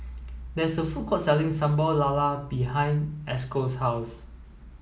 there is a food court selling Sambal Lala behind Esco's house